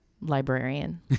librarian